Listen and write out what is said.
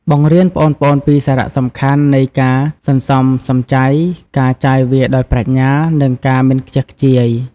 បង្រៀនប្អូនៗពីសារៈសំខាន់នៃការ សន្សំសំចៃ ការ ចាយវាយដោយប្រាជ្ញា និងការ មិនខ្ជះខ្ជាយ ។